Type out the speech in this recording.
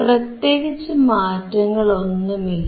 പ്രത്യേകിച്ചു മാറ്റങ്ങൾ ഒന്നുമില്ല